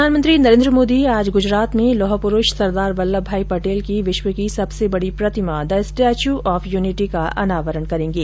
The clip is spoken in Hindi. प्रधानमंत्री नरेन्द्र मोदी आज गुजरात में लौह पुरूष सरदार वल्लभ भाई पटेल की विश्व की सबसे बड़ी प्रतिमा द स्टैच्यू ऑफ यूनिटी का अनावरण करेंगे